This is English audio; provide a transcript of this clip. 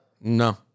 No